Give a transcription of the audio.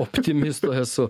optimisto esu